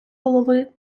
голови